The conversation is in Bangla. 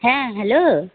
হ্যাঁ হ্যালো